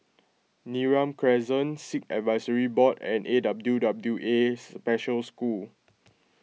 Neram Crescent Sikh Advisory Board and A W W A Special School